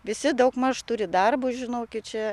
visi daugmaž turi darbus žinokit čia